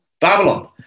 Babylon